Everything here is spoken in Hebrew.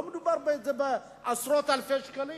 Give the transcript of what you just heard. לא מדובר בעשרות אלפי שקלים.